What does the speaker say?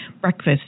Breakfast